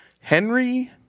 Henry